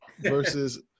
Versus